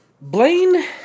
Blaine